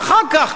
ואחר כך,